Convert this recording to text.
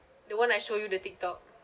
the one I show you the TikTok